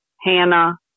Hannah